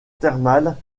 thermale